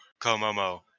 Komomo